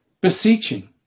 beseeching